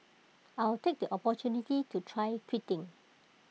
I'll take the opportunity to try quitting